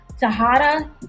Tahara